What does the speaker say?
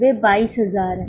वे 22000 हैं